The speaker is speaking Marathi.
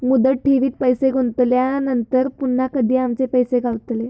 मुदत ठेवीत पैसे गुंतवल्यानंतर पुन्हा कधी आमचे पैसे गावतले?